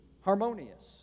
harmonious